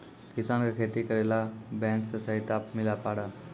किसान का खेती करेला बैंक से सहायता मिला पारा?